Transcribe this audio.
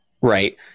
Right